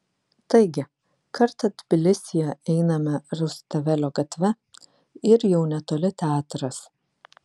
taigi kartą tbilisyje einame rustavelio gatve ir jau netoli teatras